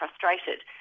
frustrated